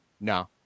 No